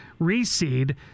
reseed